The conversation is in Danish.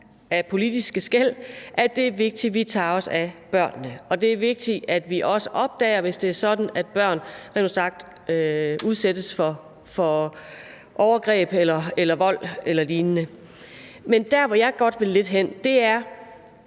af politiske skel synes, at det er vigtigt, vi tager os af børnene, og det er vigtigt, at vi også opdager, hvis det er sådan, at børn rent ud sagt udsættes for overgreb eller vold eller lignende. Men der, hvor jeg godt lidt vil hen, er